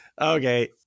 Okay